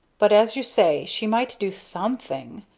but, as you say, she might do something.